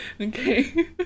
Okay